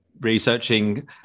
researching